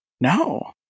no